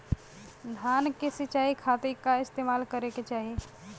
धान के सिंचाई खाती का इस्तेमाल करे के चाही?